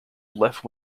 left